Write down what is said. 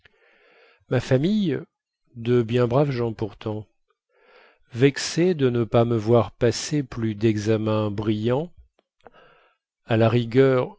ma famille de bien braves gens pourtant vexée de ne pas me voir passer plus dexamens brillants à la rigueur